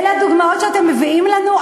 אלה הדוגמאות שאתם מביאים לנו?